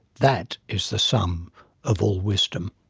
that is the sum of all wisdom.